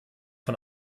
von